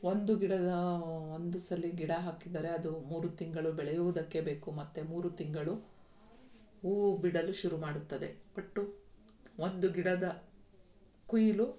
ಒಂದು ಗಿಡದ ಒಂದು ಸಲ ಗಿಡ ಹಾಕಿದರೆ ಅದು ಮೂರು ತಿಂಗಳು ಬೆಳೆಯುವುದಕ್ಕೆ ಬೇಕು ಮತ್ತು ಮೂರು ತಿಂಗಳು ಹೂವು ಬಿಡಲು ಶುರು ಮಾಡುತ್ತದೆ ಒಟ್ಟು ಒಂದು ಗಿಡದ ಕೊಯ್ಲು